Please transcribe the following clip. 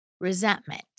Resentment